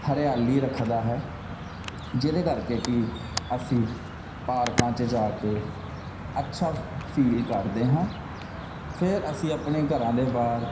ਹਰਿਆਲੀ ਰੱਖਦਾ ਹੈ ਜਿਹਦੇ ਕਰਕੇ ਕਿ ਅਸੀਂ ਪਾਰਕਾਂ ਚ ਜਾ ਕੇ ਅੱਛਾ ਫੀਲ ਕਰਦੇ ਹਾਂ ਫਿਰ ਅਸੀਂ ਆਪਣੇ ਘਰਾਂ ਦੇ ਬਾਹਰ